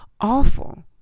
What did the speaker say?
awful